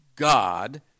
God